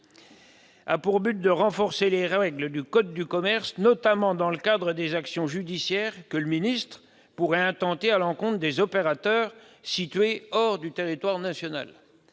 a pour but de renforcer les règles du code de commerce, notamment dans le cadre des actions judiciaires que le ministre pourrait intenter à l'encontre des opérateurs situés hors du territoire national.